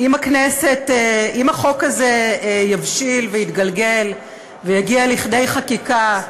אם החוק הזה יבשיל ויתגלגל ויגיע לכדי חקיקה,